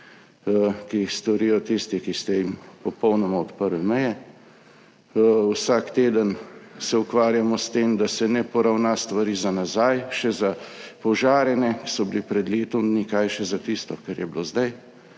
ki jih storijo tisti, ki ste jim popolnoma odprli meje. Vsak teden se ukvarjamo s tem, da se ne poravna stvari za nazaj, še za požare ne, ki so bili pred letom dni, kaj še za tisto, kar je bilo zdaj.